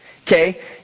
Okay